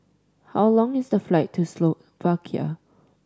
how long is the flight to Slovakia